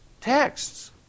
texts